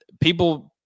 people –